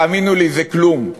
תאמינו לי, זה כלום.